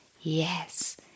yes